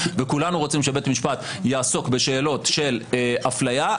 וכולנו רוצים שבית משפט יעסוק בשאלות של אפליה,